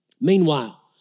Meanwhile